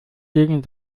gegen